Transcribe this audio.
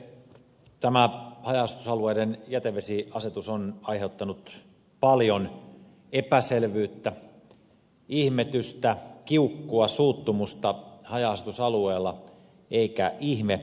tämä haja asutusalueiden jätevesiasetus on aiheuttanut paljon epäselvyyttä ihmetystä kiukkua suuttumusta haja asutusalueilla eikä ihme